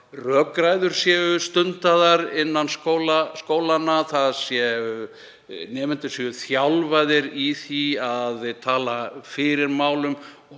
rökræður séu stundaðar innan skólanna, að nemendur séu þjálfaðir í því að tala fyrir málum og